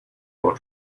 while